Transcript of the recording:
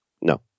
No